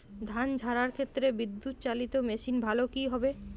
ধান ঝারার ক্ষেত্রে বিদুৎচালীত মেশিন ভালো কি হবে?